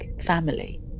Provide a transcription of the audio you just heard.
family